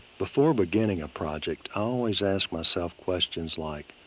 before beginning a project i always ask myself questions like,